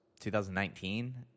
2019